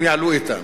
יעלו גם הן,